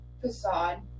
facade